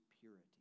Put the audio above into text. purity